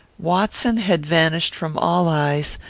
watson had vanished from all eyes,